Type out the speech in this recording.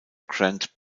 grand